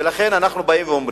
לכן אנחנו אומרים,